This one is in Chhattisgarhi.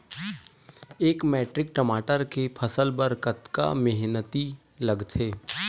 एक मैट्रिक टमाटर के फसल बर कतका मेहनती लगथे?